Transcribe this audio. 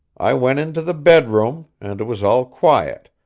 i went into the bedroom, and it was all quiet,